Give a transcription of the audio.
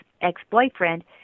ex-boyfriend